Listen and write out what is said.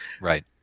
right